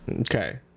Okay